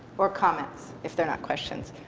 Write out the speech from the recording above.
or comments, if they're not questions.